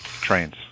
trains